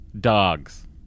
dogs